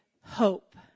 Hope